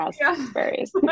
raspberries